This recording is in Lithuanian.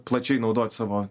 plačiai naudot savo